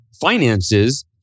finances